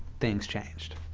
things changed,